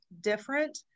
different